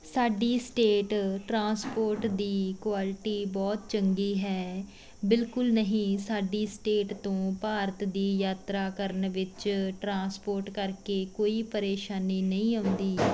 ਸਾਡੀ state transport ਦੀ quality ਬਹੁਤ ਚੰਗੀ ਹੈ ਬਿਲਕੁਲ ਨਹੀਂ ਸਾਡੀ ਸਟੇਟ ਤੋਂ ਭਾਰਤ ਦੀ ਯਾਤਰਾ ਕਰਨ ਵਿੱਚ ਟਰਾਂਸਪੋਰਟ ਕਰਕੇ ਕੋਈ ਪਰੇਸ਼ਾਨੀ ਨਹੀਂ ਆਉਂਦੀ